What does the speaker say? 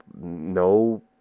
no